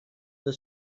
they